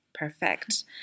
perfect